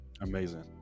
Amazing